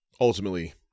ultimately